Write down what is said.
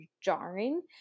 jarring